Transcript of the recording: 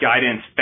Guidance